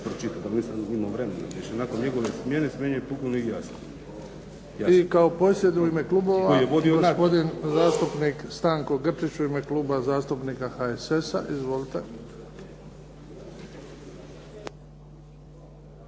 I kao posljednji u ime klubova, gospodin zastupnik Stanko Grčić u ime zastupnika HSS-a. Izvolite.